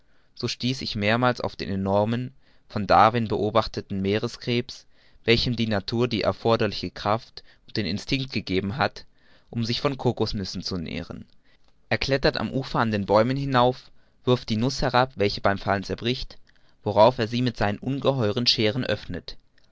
so stieß ich mehrmals auf den enormen von darwin beobachteten meerkrebs welchem die natur die erforderliche kraft und den instinct gegeben hat um sich von cocosnüssen zu nähren er klettert am ufer an den bäumen hinauf wirst die nuß herab welche beim fallen zerbricht worauf er sie mit seinen ungeheuren scheeren öffnet